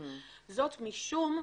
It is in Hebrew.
זאת משום,